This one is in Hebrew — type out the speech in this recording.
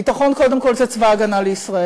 ביטחון, קודם כול, זה צבא הגנה לישראל,